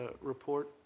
Report